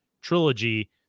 trilogy